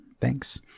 thanks